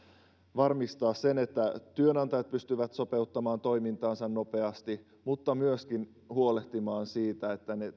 varmistaa sen että työnantajat pystyvät sopeuttamaan toimintaansa nopeasti mutta myöskin huolehtimaan siitä että